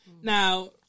Now